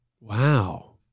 Wow